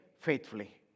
faithfully